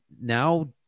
now